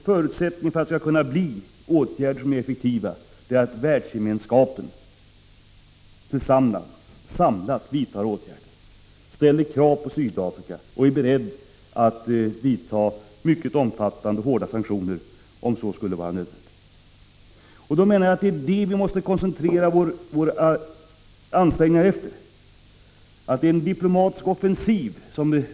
Förutsättningen för att åtgärderna skall bli effektiva är att en samlad världsgemenskap vidtar dem, ställer krav på Sydafrika och är beredd till omfattande och hårda sanktioner, om så blir nödvändigt. Jag menar att det är detta vi måste koncentrera våra ansträngningar på. Regeringen bör inleda en diplomatisk offensiv.